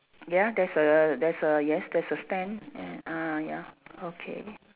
ya there's a there's a yes there's a stand and uh ya okay